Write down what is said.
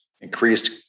increased